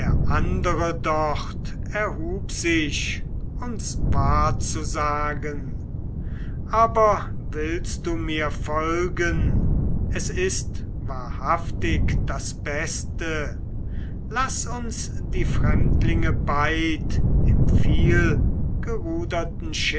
andere dort erhub sich uns wahrzusagen aber willst du mir folgen es ist wahrhaftig das beste laß uns die fremdlinge beid im